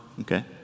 Okay